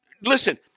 listen